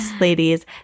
ladies